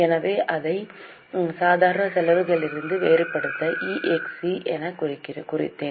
எனவே அதை சாதாரண செலவுகளிலிருந்து வேறுபடுத்த EXC எனக் குறித்தேன்